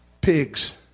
pigs